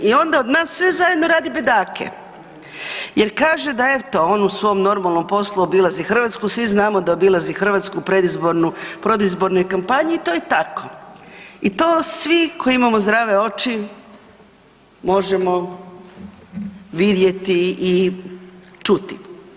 I onda od nas sve zajedno radi bedake jer kaže da eto on u svom normalnom poslu obilazi Hrvatsku, svi znamo da obilazi Hrvatsku u predizbornoj kampanji i to je tako i to svi koji imamo zdrave oči možemo vidjeti i čuti.